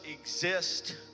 exist